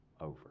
over